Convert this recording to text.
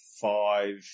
five